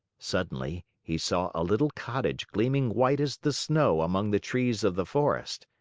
suddenly he saw a little cottage gleaming white as the snow among the trees of the forest.